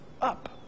up